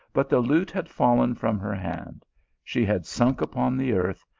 but the lute had fallen from her hand she had sank upon the earth,